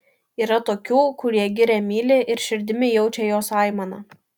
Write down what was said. yra tokių kurie girią myli ir širdimi jaučia jos aimaną